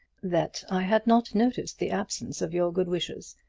that i had not noticed the absence of your good wishes.